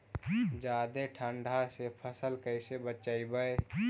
जादे ठंडा से फसल कैसे बचइबै?